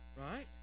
Right